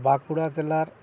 বাঁকুড়া জেলার